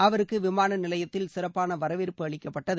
அவருக்கு விமானநிலையத்தில் சிறப்பான வரவேற்பு அளிக்கப்பட்டது